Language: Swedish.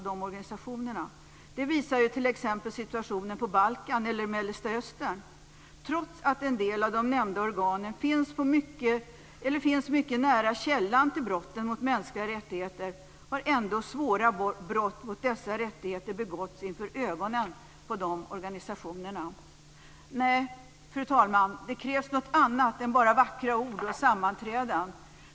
Det visar t.ex. situationen på Balkan eller i Mellersta Östern. Trots att en del av de nämnda organen finns mycket nära källan till brotten mot mänskliga rättigheter har ändå svåra brott mot dessa rättigheter begåtts inför ögonen på de organisationerna. Nej, fru talman, det krävs något annat än bara vackra ord och sammanträden.